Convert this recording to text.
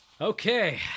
Okay